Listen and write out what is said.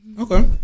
Okay